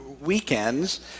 weekends